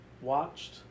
Watched